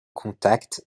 contacts